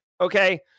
Okay